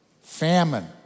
famine